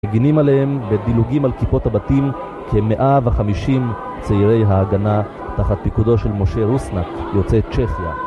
מגינים עליהם ודילוגים על כיפות הבתים כמאה וחמישים צעירי ההגנה תחת פיקודו של משה רוסנק יוצאי צ'כיה